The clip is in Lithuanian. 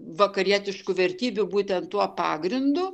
vakarietiškų vertybių būtent tuo pagrindu